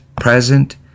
present